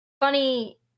funny